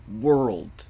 world